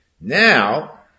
Now